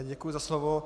Děkuji za slovo.